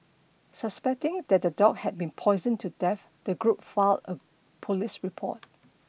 suspecting that the dog had been poisoned to death the group filed a police report